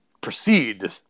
proceed